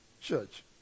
church